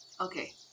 Okay